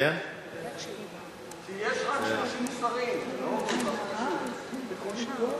כי יש רק 30 שרים, זה לא כל כך הרבה.